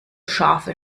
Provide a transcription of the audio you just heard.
scharfe